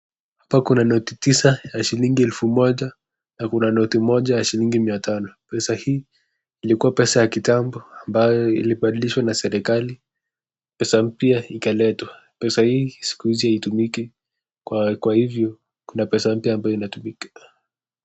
Hapa kuna noti tisa ya shilingi elfu moja, na kuna noti moja ya shilingi mia tano, pesa hii ilikuwa pesa ya kitambo ambayo ilibadilishwa na serekali, pesa mpya ikaletwa, pesa hii siku hizi hazitumiki, kwa hivyo kuna pesa mpya ambayo inatumika.